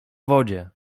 wodzie